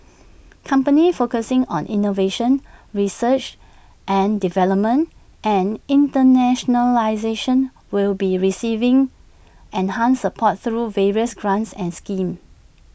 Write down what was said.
companies focusing on innovation research and development and internationalisation will be receiving enhanced support through various grants and schemes